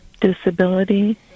disability